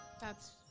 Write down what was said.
That's-